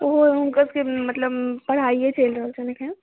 ओहो हुनकरसभके मतलब पढ़ाइए चलि रहल छनि एखनि